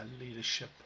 Leadership